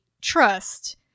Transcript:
trust